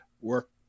work